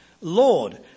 Lord